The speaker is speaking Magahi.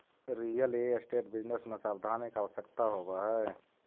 रियल एस्टेट बिजनेस में सावधानी के आवश्यकता होवऽ हई